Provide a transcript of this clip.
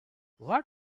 what